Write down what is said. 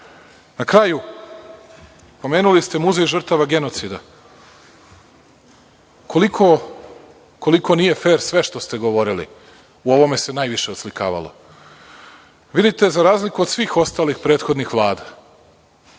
kraju, pomenuli ste muzej žrtava genocida, koliko nije fer sve što ste govorili, u ovome se najviše oslikavalo. Vidite, za razliku od svih ostalih prethodnih Vlada